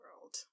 world